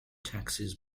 taxes